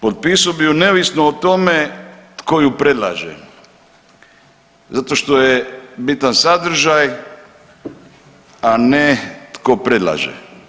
Potpisao bih ju neovisno o tome tko ju predlaže zato što je bitan sadržaj, a ne tko predlaže.